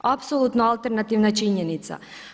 Apsolutno alternativna činjenica.